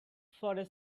for